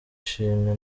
shimwe